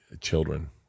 children